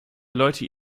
leute